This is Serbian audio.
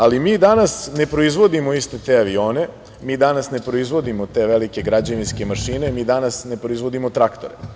Ali, mi danas ne proizvodimo iste te avione, mi danas ne proizvodimo te velike građevinske mašine, mi danas ne proizvodimo traktore.